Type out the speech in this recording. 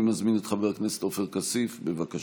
אני מזמין את חבר הכנסת עופר כסיף, בבקשה.